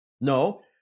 No